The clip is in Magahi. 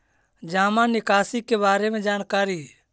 जामा निकासी के बारे में जानकारी?